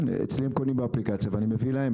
כן, אצלי הם קונים באפליקציה ואני מביא להם.